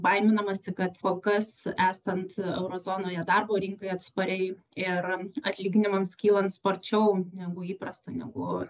baiminamasi kad kol kas esant eurozonoje darbo rinkai atspariai ir atlyginimams kylant sparčiau negu įprasta negu